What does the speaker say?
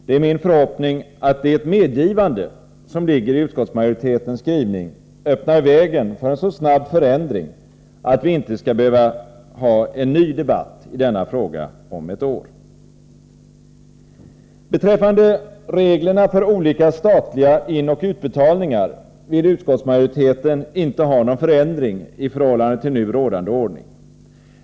Det är min förhoppning att det medgivande som ligger i utskottsmajoritetens skrivning öppnar vägen för en så snabb förändring att vi inte skall behöva ha en ny debatt i denna fråga om ett år. Beträffande reglerna för olika statliga inoch utbetalningar vill utskottsmajoriteten inte ha någon förändring i förhållande till nu rådande ordning.